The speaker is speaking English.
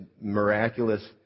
miraculous